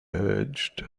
urged